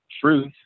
Truth